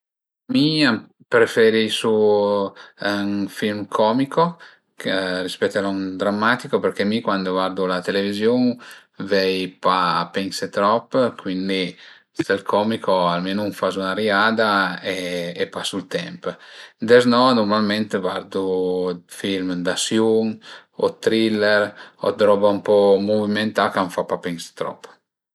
Mi preferisu ün film comico rispèt a lon drammatico perché mi cuand vardu la televiziun vöi pa pensé trop, cuindi sël comico almenu m'fazu 'na riada e pasu ël temp, deznò nurmalment vardu ën po d'film d'asiun o thriller o d'roba ën po muvimentà ch'a m'fa pa pensé trop